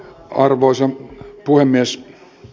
arvoisa puhemies